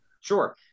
Sure